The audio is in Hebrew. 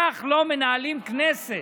כך לא מנהלים כנסת.